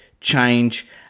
change